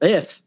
Yes